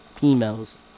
females